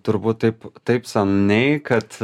turbūt taip taip seniai kad